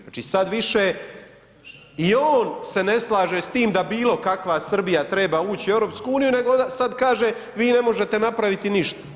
Znači sad više i on se ne slaže s tim da bilo kakva Srbija treba ući u EU, nego sad kaže vi ne možete napraviti ništa.